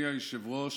אדוני היושב-ראש,